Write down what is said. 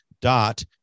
dot